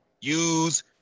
use